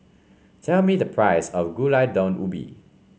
tell me the price of Gulai Daun Ubi